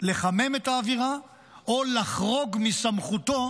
לחמם את האווירה או לחרוג מסמכותו,